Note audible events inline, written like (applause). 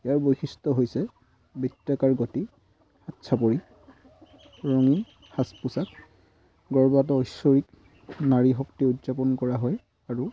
ইয়াৰ বৈশিষ্ট্য হৈছে বৃত্তাকাৰ গতি হাত চাপৰি ৰঙীন সাজ পোছাক (unintelligible) ঐশ্বৰিক নাৰী শক্তি উদযাপন কৰা হয় আৰু